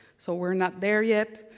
so we're not there yet.